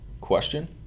question